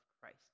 Christ